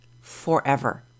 forever